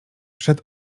przed